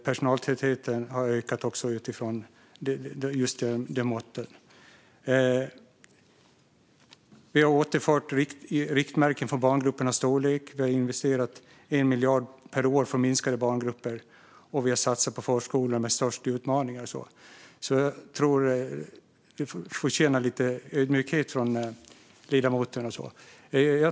Personaltätheten har också ökat utifrån det måttet. Socialdemokraterna återinförde riktmärken för barngruppernas storlek och investerade 1 miljard per år för att minska dem. Vi satsade även på de förskolor som har störst utmaningar. Det förtjänar en viss ödmjukhet från ledamoten.